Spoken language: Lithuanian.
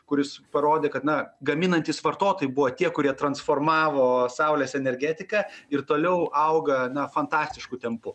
kuris parodė kad na gaminantys vartotojai buvo tie kurie transformavo saulės energetiką ir toliau auga na fantastišku tempu